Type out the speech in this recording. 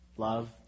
Love